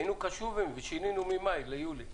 היינו קשובים ושינינו ממאי ליולי.